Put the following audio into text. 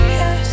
yes